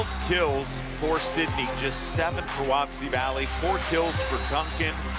kills for sidney just seven for wapsie valley. four kills for duncan.